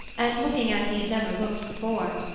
and looking as he had never looked before.